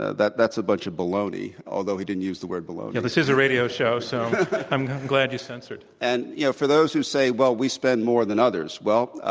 ah that's a bunch of bologna, although he didn't use the word bologna. this is a radio show, so i'm glad you censored. and, you know, for those who say, well, we spend more than others, well,